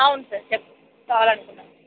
అవును సార్ చెప్పాలని అనుకున్నా